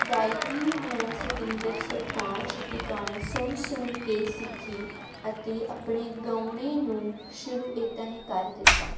ਗਾਇਕੀ ਮੈਂ ਸਤਿੰਦਰ ਸਰਤਾਜ ਦੀ ਗਾਣੇ ਸੁਣ ਸੁਣ ਕੇ ਸਿੱਖੀ ਅਤੇ ਆਪਣੇ ਗਾਉਣੇ ਨੂੰ ਸ਼ੁਰੂ ਇਦਾਂ ਹੀ ਕਰ ਦਿੱਤਾ